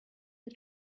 you